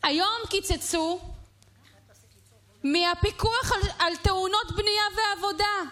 קיצצו מהפיקוח על תאונות בנייה ועבודה,